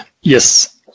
Yes